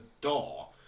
door